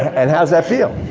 and how's that feel?